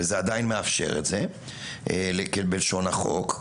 וזה עדיין מאפשר את זה בלשון החוק,